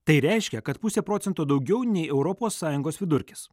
tai reiškia kad pusė procento daugiau nei europos sąjungos vidurkis